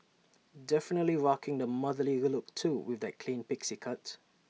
definitely rocking the motherly look too with that clean pixie cut